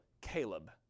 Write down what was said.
Caleb